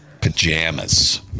pajamas